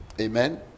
Amen